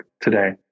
today